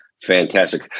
Fantastic